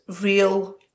real